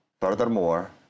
Furthermore